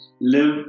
live